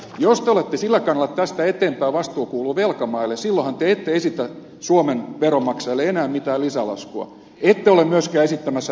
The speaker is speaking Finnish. jos te olette sillä kannalla että tästä eteenpäin vastuu kuuluu velkamaille silloinhan te ette esitä suomen veronmaksajille enää mitään lisälaskua ette ole myöskään esittämässä että portugalille annetaan rahaa